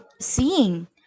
seeing